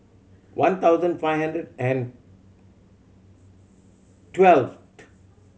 one thousand five hundred and twelve